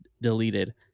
deleted